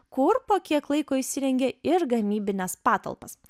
kur po kiek laiko įsirengė ir gamybines patalpas